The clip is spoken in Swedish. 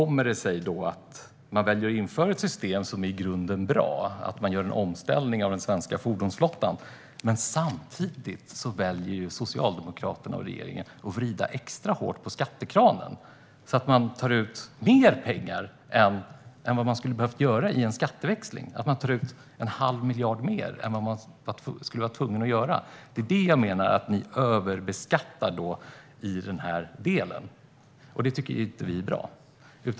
Man har valt att införa ett system som i grunden är bra - man gör en omställning av den svenska fordonsflottan. Men samtidigt väljer Socialdemokraterna och regeringen att vrida extra hårt på skattekranen så att man tar ut mer pengar än vad man behöver göra i en skatteväxling. Man tar ut en halv miljard mer än man är tvungen till. Det är detta jag menar: Ni överbeskattar i denna del, och det tycker inte vi är bra.